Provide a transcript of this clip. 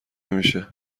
میشه